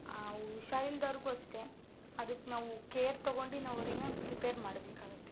ಹುಷಾರಿಲ್ದೋರ್ಗೂ ಅಷ್ಟೇ ಅದಕ್ಕೆ ನಾವು ಕೇರ್ ತಗೊಂಡು ನಾವು ಅವ್ರಿಗಿನ ಪ್ರಿಪೇರ್ ಮಾಡಬೇಕಾಗತ್ತೆ